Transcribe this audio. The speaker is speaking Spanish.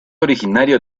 originario